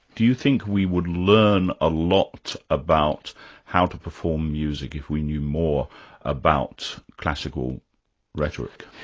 do you think we would learn a lot about how to perform music if we knew more about classical rhetoric?